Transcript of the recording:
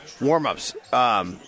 Warm-ups